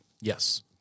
Yes